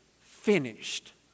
finished